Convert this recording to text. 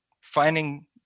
finding